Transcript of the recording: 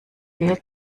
will